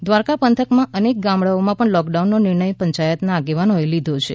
દ્વારકા પંથકના અનેક ગામડાઓમાં પણ લોક ડાઉનનો નિર્ણય પંચાયતના આગેવાનો એ લીધો છે